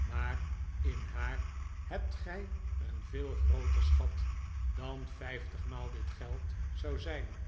maar in haar hebt gij een veel grooter schat dan vijftigmaal dit geld zou zijn